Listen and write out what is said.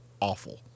awful